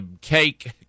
cake